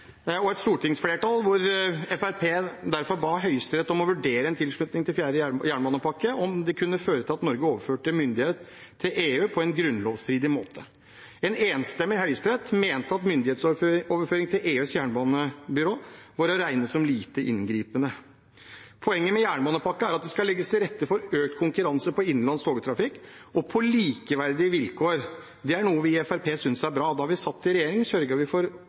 Et stortingsflertall med Fremskrittspartiet ba derfor Høyesterett vurdere om en tilslutning til fjerde jernbanepakke kunne føre til at Norge overførte myndighet til EU på en grunnlovsstridig måte. En enstemmig Høyesterett mente at myndighetsoverføring til EUs jernbanebyrå var å regne som «lite inngripende». Poenget med jernbanepakken er at det skal legges til rette for økt konkurranse på innenlands togtrafikk og på likeverdige vilkår. Det er noe vi i Fremskrittspartiet synes er bra. Da vi satt i regjering, sørget vi for